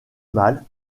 mal